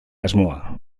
asmoa